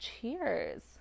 Cheers